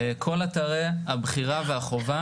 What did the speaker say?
כל אתרי הבחירה והחובה